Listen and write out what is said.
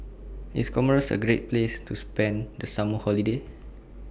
IS Comoros A Great Place to spend The Summer Holiday